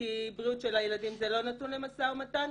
כי הבריאות של הילדים זה לא נתון למשא ומתן.